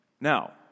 Now